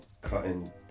cutting